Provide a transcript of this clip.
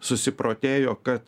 susiprotėjo kad